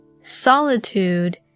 solitude